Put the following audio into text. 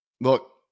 look